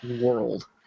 world